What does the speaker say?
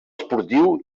esportiu